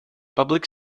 public